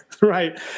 right